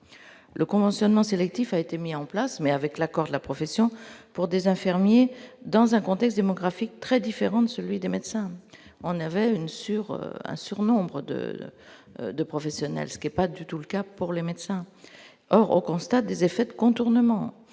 le conventionnement sélectif a été mis en place, mais avec l'accord de la profession pour des infirmiers dans un contexte démographique très différent de celui des médecins, on avait une sur un surnombre de de professionnels, ce qui est pas du tout le cas pour les médecins, or on constate des effets de contournement